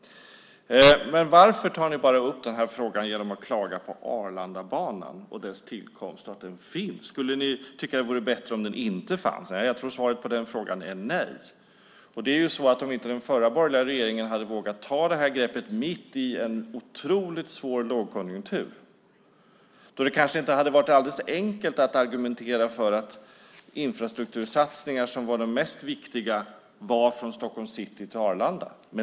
Men varför tar ni bara upp frågan genom att klaga på Arlandabanan, dess tillkomst och att den finns? Skulle ni tycka att det vore bättre om den inte fanns? Jag tror att svaret på den frågan är nej. Den förra borgerliga regeringen vågade ta det greppet mitt i en otroligt svår lågkonjunktur, då det kanske inte hade varit alldeles enkelt att argumentera för att de viktigaste infrastruktursatsningarna var de från Stockholms city till Arlanda.